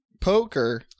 Poker